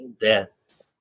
death